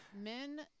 men